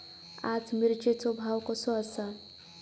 आज मिरचेचो भाव कसो आसा?